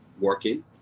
working